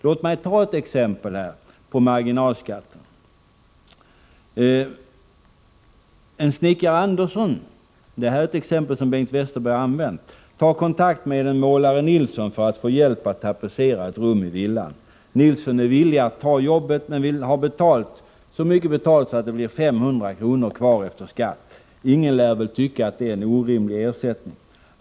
Låt mig ta ett exempel på marginalskatten. Snickare Andersson — detta exempel har Bengt Westerberg använt — tar kontakt med målare Nilsson för att få hjälp med att tapetsera ett rum i villan. Nilsson är villig att ta jobbet men vill ha så mycket betalt att det blir 500 kr. kvar efter skatt. Ingen lär väl tycka att det är en orimlig ersättning.